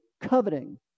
coveting